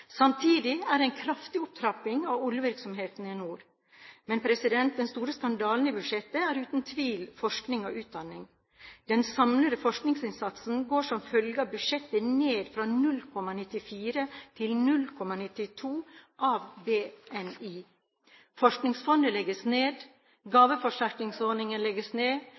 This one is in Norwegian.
Samtidig er det en kraftig opptrapping av oljevirksomhetene i nord. Men den store skandalen i budsjettet er uten tvil forskning og utdanning. Den samlede forskningsinnsatsen går som følge av budsjettet ned fra 0,94 til 0,92 av BNI – Forskningsfondet legges ned, gaveforsterkningsordningen legges ned,